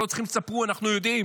אנחנו לא צריכים שתספרו, אנחנו יודעים.